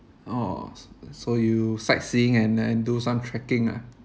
orh so you sightseeing and then do some trekking ah